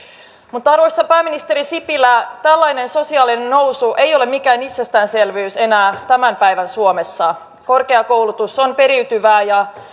mutta arvoisa pääministeri sipilä tällainen sosiaalinen nousu ei ole mikään itsestäänselvyys enää tämän päivän suomessa korkeakoulutus on periytyvää ja